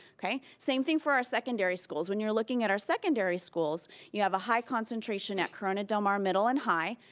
same thing for our secondary schools. when you're looking at our secondary schools you have a high concentration at corona del mar middle and high.